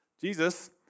Jesus